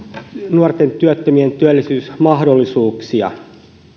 nuorten työttömien työllisyysmahdollisuuksia mutta